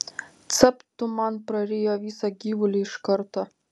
capt tu man prarijo visą gyvulį iš karto